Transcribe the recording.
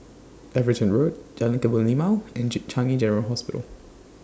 Everton Road Jalan Kebun Limau and Changi General Hospital